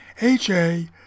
H-A